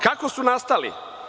Kako su nastali?